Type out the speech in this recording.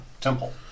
temple